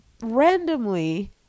randomly